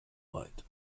weit